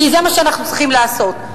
כי זה מה שאנחנו צריכים לעשות.